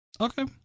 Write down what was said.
okay